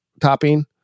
topping